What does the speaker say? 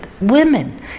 women